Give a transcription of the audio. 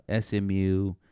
SMU